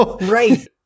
right